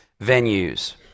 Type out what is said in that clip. venues